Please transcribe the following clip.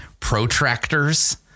protractors